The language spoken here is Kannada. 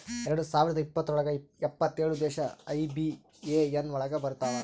ಎರಡ್ ಸಾವಿರದ ಇಪ್ಪತ್ರೊಳಗ ಎಪ್ಪತ್ತೇಳು ದೇಶ ಐ.ಬಿ.ಎ.ಎನ್ ಒಳಗ ಬರತಾವ